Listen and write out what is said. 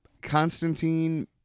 Constantine